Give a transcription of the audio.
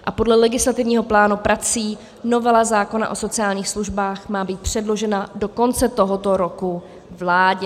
A podle legislativního plánu prací má být novela zákona o sociálních službách předložena do konce tohoto roku vládě.